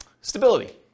Stability